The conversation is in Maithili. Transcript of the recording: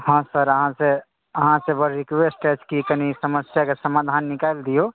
हँ सर अहाँसँ अहाँसँ बस रिक्वेस्ट अइ कि कनि ई समस्याके समाधान निकालि दिऔ